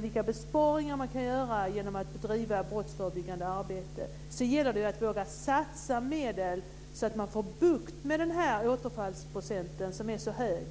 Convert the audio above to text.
vilka besparingar man kan göra genom att bedriva brottsförebyggande arbete gäller det att våga satsa medel så att man får bukt med den återfallsprocent som är så hög.